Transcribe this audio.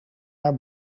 haar